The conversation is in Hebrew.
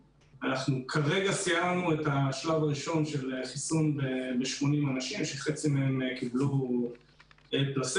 כרגע סיימנו את השלב הראשון של חיסון של 80 אנשים שחצי מהם קיבלו פלצבו,